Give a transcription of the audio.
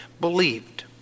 believed